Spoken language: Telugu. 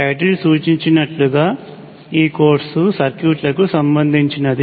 టైటిల్ సూచించినట్లుగా ఈ కోర్సు సర్క్యూట్లకి సంబంధించినది